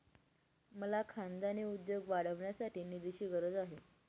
मला खानदानी उद्योग वाढवण्यासाठी निधीची गरज आहे